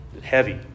heavy